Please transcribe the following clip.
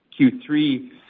Q3